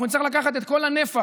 אנחנו נצטרך לקחת את כל הנפח,